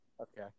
Okay